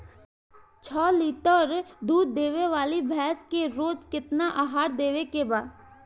छह लीटर दूध देवे वाली भैंस के रोज केतना आहार देवे के बा?